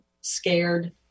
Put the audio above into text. scared